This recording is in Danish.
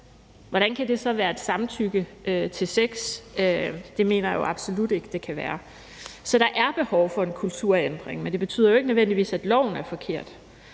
hvordan kan det så være et samtykke til sex? Det mener jeg jo absolut ikke det kan være. Så der er behov for en kulturændring, men det betyder jo ikke nødvendigvis, at loven er forkert.